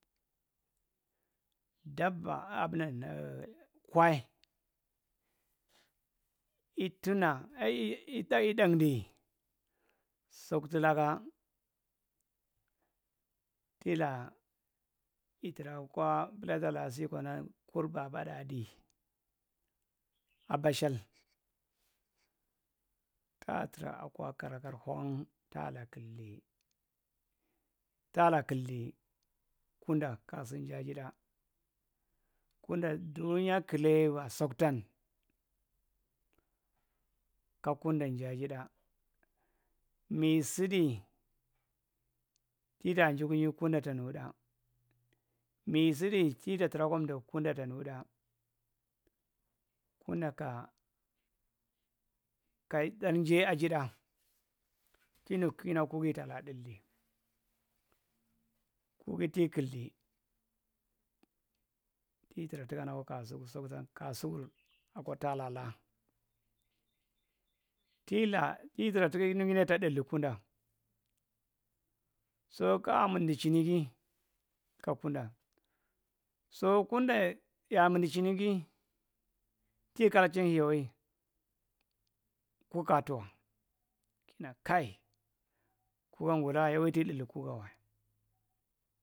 Daɓa aɓalann kwai itina lɗtɗanndi soctulaka kila’a kitra kwa pilata naka si kana kur babadda addi abashil taatra akwa karakar lung taala killi taala killi kunɗɗ kasin ja’ajidda kudd ja; ajidtda mi sidi kitaa jikunyi kuda ja’a jidtda mi sidi kitaa jikunyi kuda ta nudutda mi kita traakwandagu kunda ta nudu tda kuuda ka kayae kaya-ɗarr jae asiɗɗa kinu kina kugi italaazaɗull kugi ti killi ti tra tikanaa kwa kasuku cotan kasuku akwa talla tilaa titra tina niningi ita tdilli kuuda so ka; amindi chiniki ka kuda so kwuda ya’amindi chiniki ki kalachin hiyawae ku kaatuna kina kaya kugan guwulawa yawi jae ki ɗilli kuhanwa.